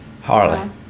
Harley